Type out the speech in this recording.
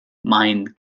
mind